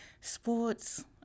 sports